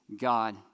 god